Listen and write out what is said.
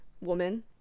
woman